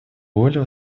более